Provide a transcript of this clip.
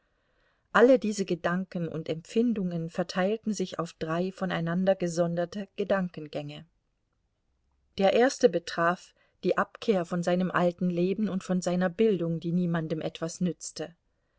alle diese gedanken und empfindungen verteilten sich auf drei voneinander gesonderte gedankengänge der erste betraf die abkehr von seinem alten leben und von seiner bildung die niemandem etwas nützte